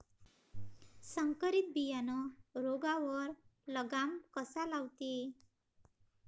संकरीत बियानं रोगावर लगाम कसा लावते?